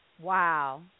Wow